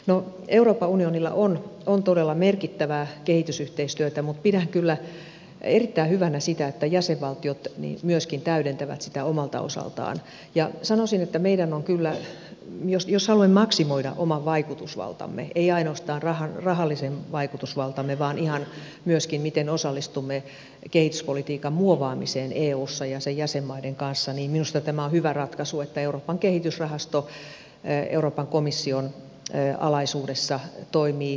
no euroopan unionilla on todella merkittävää kehitysyhteistyötä mutta pidän kyllä erittäin hyvänä sitä että jäsenvaltiot myöskin täydentävät sitä omalta osaltaan ja sanoisin että jos haluamme maksimoida oman vaikutusvaltamme emme ainoastaan rahallista vaikutusvaltaamme vaan ihan myöskin sitä miten osallistumme kehityspolitiikan muovaamiseen eussa ja sen jäsenmaiden kanssa niin minusta tämä on hyvä ratkaisu että euroopan kehitysrahasto euroopan komission alaisuudessa toimii